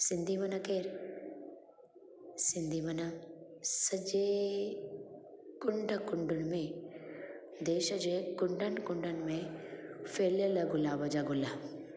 सिंधी माना केर सिंधी माना सॼे कुंढ कुंढुनि में देश जे कुंढनि कुंढनि में फहिलियल गुलाब जा गुल